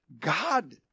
God